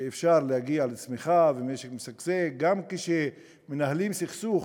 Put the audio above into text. שאפשר להגיע לצמיחה ומשק משגשג גם כשמנהלים סכסוך